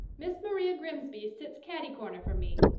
miss maria grimsby sits cati-corner from me.